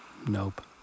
Nope